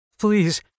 Please